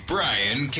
Brian